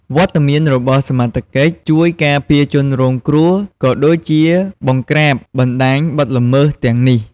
វត្តមានរបស់សមត្ថកិច្ច ជួយ ការពារជនរងគ្រោះ ក៏ដូចជា បង្ក្រាបបណ្តាញបទល្មើស ទាំងនេះ។